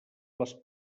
les